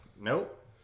Nope